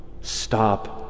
Stop